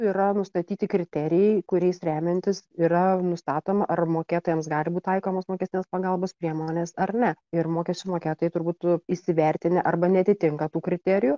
yra nustatyti kriterijai kuriais remiantis yra nustatoma ar mokėtojams gali būt taikomos mokestinės pagalbos priemonės ar ne ir mokesčių mokėtojai turbūt įsivertinę arba neatitinka tų kriterijų